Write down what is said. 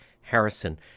Harrison